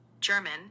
German